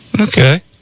Okay